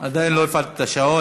עדיין לא הפעלתי את השעון.